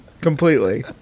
Completely